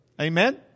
Amen